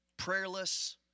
Prayerless